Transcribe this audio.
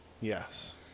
Yes